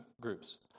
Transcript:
groups